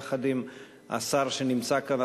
יחד עם השר שנמצא כאן,